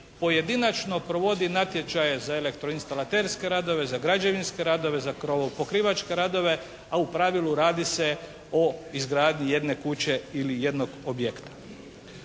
pojedinačno provodi natječaje za elektroinstalaterske radove, za građevinske radove, za krovopokrivačke radove. A u pravilu radi se o izgradnji jedne kuće ili jednog objekta.